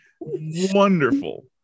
wonderful